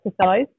exercise